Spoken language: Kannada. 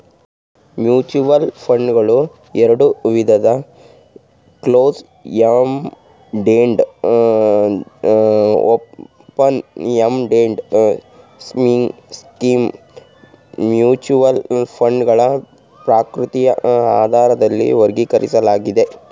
ಮ್ಯೂಚುವಲ್ ಫಂಡ್ಗಳು ಎರಡುವಿಧ ಕ್ಲೋಸ್ಎಂಡೆಡ್ ಓಪನ್ಎಂಡೆಡ್ ಸ್ಕೀಮ್ ಮ್ಯೂಚುವಲ್ ಫಂಡ್ಗಳ ಪ್ರಕೃತಿಯ ಆಧಾರದಲ್ಲಿ ವರ್ಗೀಕರಿಸಲಾಗಿದೆ